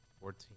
fourteen